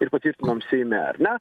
ir patvirtinom seime ar ne